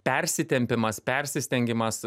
persitempimas persistengimas